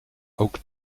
ook